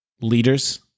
leaders